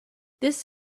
this